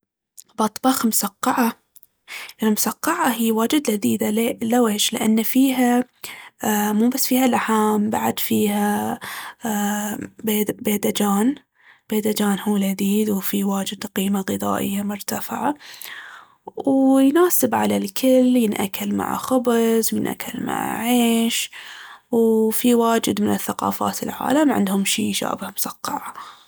بطبخ مسقعة. المسقعة هي واجد لذيذة لي- لويش؟ لأن فيها- أ- مو بس فيها لحم بعد فيها أ- بيذ- بيذجان- بيذجان هو لذيذ وفيه واجد قيمة غذائية مرتفعة ويناسب على الكل، ينأكل مع خبز وينأكل مع عيش. وفي واجد من ثقافات العالم عندهم شي يشابه مسقعة.